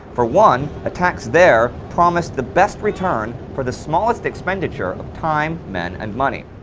for one, attacks there promised the best return for the smallest expenditure of time, men, and money.